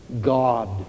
God